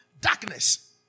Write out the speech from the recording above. Darkness